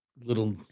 Little